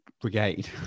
Brigade